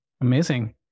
Amazing